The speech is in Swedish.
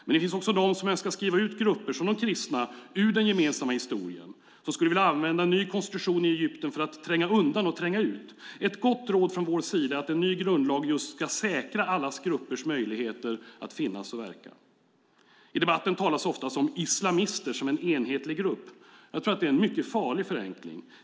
Men det finns också de som önskar skriva ut grupper som de kristna ur den gemensamma historien. De skulle vilja använda en ny konstitution i Egypten för att tränga undan och tränga ut. Ett gott råd från vår sida är att en ny grundlag just ska säkra alla gruppers möjligheter att finnas och verka. I debatten talas det ofta om islamister som en enhetlig grupp. Jag tror att det är en mycket farlig förenkling.